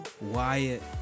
Wyatt